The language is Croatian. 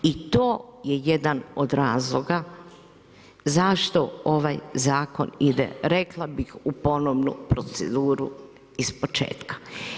I to je jedan od razloga zašto ovaj zakon ide rekla u ponovnu proceduru iz početka.